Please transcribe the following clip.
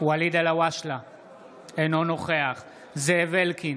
אינו נוכח זאב אלקין,